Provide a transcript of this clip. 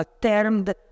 termed